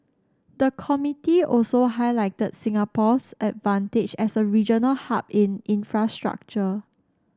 the committee also highlighted Singapore's advantage as a regional hub in infrastructure